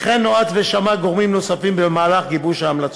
וכן נועץ בשמאי ובגורמים נוספים במהלך גיבוש ההמלצות.